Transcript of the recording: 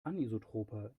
anisotroper